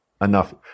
enough